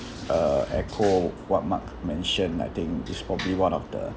uh echo what mark mentioned I think it's probably one of the